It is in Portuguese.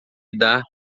dar